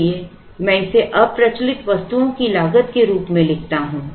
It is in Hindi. इसलिए मैं इसे अप्रचलित वस्तुओं की लागत के रूप में लिखता हूं